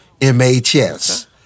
MHS